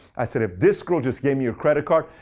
i said, if this girl just gave me her credit card,